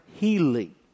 Healing